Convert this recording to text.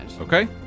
okay